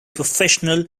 professional